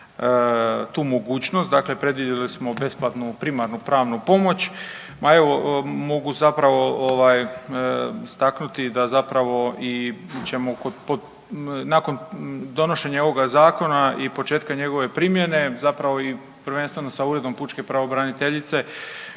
tu mogućnost. Dakle, predvidjeli smo besplatnu primarnu pravnu pomoć. Ma evo mogu zapravo ovaj istaknuti da zapravo i ćemo kod, nakon donošenja ovoga zakona i početka njegove primjene zapravo i prvenstveno sa Uredom pučke pravobraniteljice